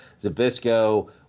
Zabisco